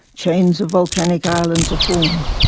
chains of volcanic islands are formed.